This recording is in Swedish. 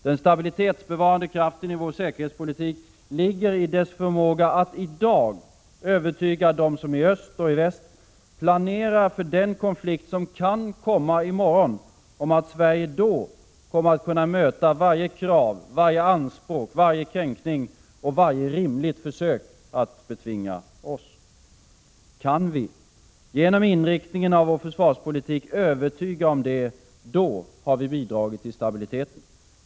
Den stabilitetsbevarande kraften i vår säkerhetspolitik ligger i dess förmåga att i dag övertyga dem som i öst och väst planerar för den konflikt som kan komma i morgon om att Sverige då kommer att kunna möta varje krav, varje anspråk, varje kränkning och varje rimligt försök att betvinga oss. Kan vi genom inriktningen av vår försvarspolitik övertyga om det, har vi bidragit till stabiliteten.